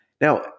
Now